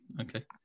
Okay